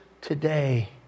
today